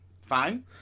fine